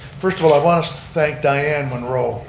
first of all i want to thank diane monroe.